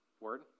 word